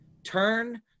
Turn